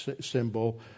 symbol